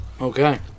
Okay